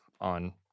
on